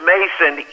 Mason